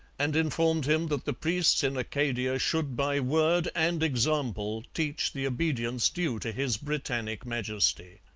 and informed him that the priests in acadia should by word and example teach the obedience due to his britannic majesty.